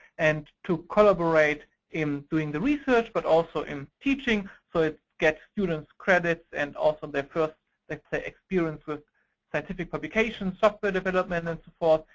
and to collaborate in doing the research. but also in teaching so it gets students credits, and also their first like experience with scientific publication, software development, and support.